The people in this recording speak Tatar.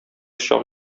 чак